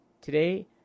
Today